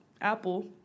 Apple